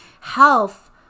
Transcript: health